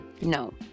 No